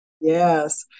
Yes